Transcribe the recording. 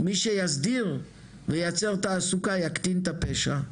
מי שיסדיר וייצר תעסוקה יקטין את הפשע,